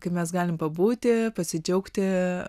kai mes galim pabūti pasidžiaugti